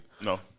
No